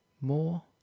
more